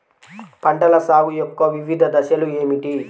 పంటల సాగు యొక్క వివిధ దశలు ఏమిటి?